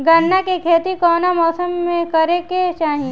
गन्ना के खेती कौना मौसम में करेके चाही?